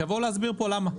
שיבואו להסביר כאן למה.